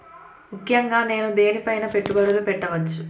ముఖ్యంగా నేను దేని పైనా పెట్టుబడులు పెట్టవచ్చు?